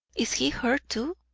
is he hurt too?